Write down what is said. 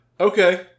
Okay